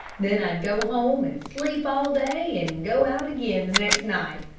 then i'd go home and sleep all day, and go out again the next night.